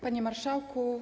Panie Marszałku!